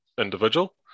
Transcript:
individual